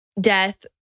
death